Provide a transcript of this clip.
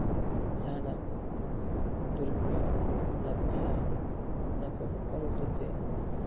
ᱡᱟᱦᱟᱱᱟᱜ ᱫᱩᱨᱤᱵᱽ ᱠᱚ ᱞᱟᱹᱠᱛᱤᱜᱼᱟ ᱚᱱᱟᱠᱚ ᱠᱚᱢ ᱚᱠᱛᱚ ᱛᱮ